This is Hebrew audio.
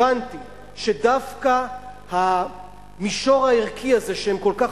הבנתי שדווקא המישור הערכי הזה שהם כל כך